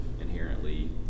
inherently